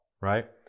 right